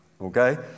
okay